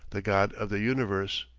the god of the universe?